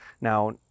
Now